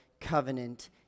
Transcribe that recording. covenant